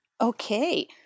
Okay